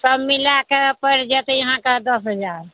सब मिलैके पड़ि जेतै अहाँकेँ दस हजार